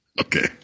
Okay